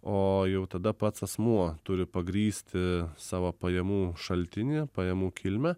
o jau tada pats asmuo turi pagrįsti savo pajamų šaltinį pajamų kilmę